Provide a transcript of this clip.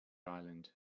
island